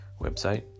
Website